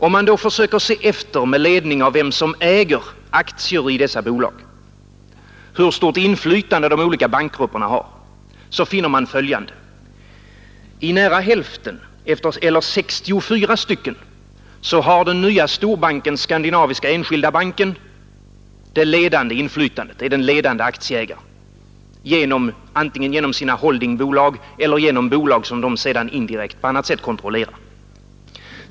När man undersöker, med ledning av vem som äger aktier i dessa bolag, hur stort inflytande de olika bankgrupperna har, så finner man följande. I nära hälften, eller 64 stycken, har den nya storbanken Skandinaviska enskilda banken det ledande inflytandet. Den är den ledande aktieägaren, antingen genom sina holdingbolag eller genom bolag som den på annat sätt indirekt kontrollerar.